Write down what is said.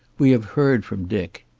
we have heard from dick.